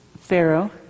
Pharaoh